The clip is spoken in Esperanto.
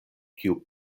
kiu